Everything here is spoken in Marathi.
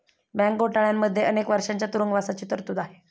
बँक घोटाळ्यांमध्येही अनेक वर्षांच्या तुरुंगवासाची तरतूद आहे